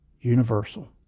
universal